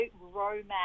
romance